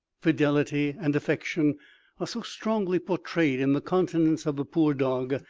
fidelity, and affection are so strongly portrayed in the countenance of the poor dog,